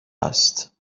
است